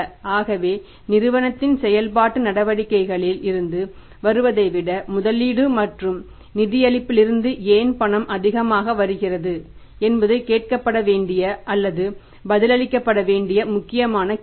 ஆகவே நிறுவனத்தின் செயல்பாட்டு நடவடிக்கைகளில் இருந்து வருவதை விட முதலீடு மற்றும் நிதியளிப்பிலிருந்து ஏன் பணம் அதிகமாகப் வருகிறது என்பது கேட்கப்பட வேண்டிய அல்லது பதிலளிக்கப்பட வேண்டிய முக்கியமான கேள்வி